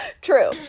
True